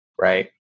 right